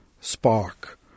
spark